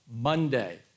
Monday